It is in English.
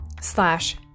slash